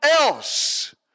else